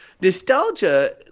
nostalgia